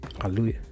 Hallelujah